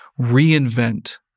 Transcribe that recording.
reinvent